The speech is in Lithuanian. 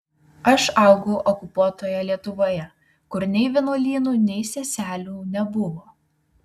aš augau okupuotoje lietuvoje kur nei vienuolynų nei seselių nebuvo